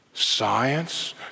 Science